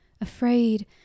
afraid